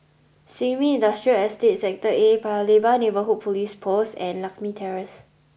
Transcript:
Sin Ming Industrial Estate Sector A Paya Lebar Neighbourhood Police Post and Lakme Terrace